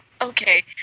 okay